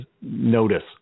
notice